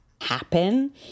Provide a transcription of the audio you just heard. happen